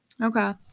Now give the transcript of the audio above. Okay